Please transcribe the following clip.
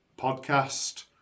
podcast